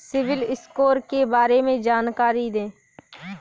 CIBIL score के बारे में जानकारी दें?